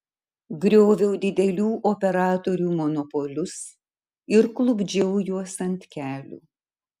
grioviau didelių operatorių monopolius ir klupdžiau juos ant kelių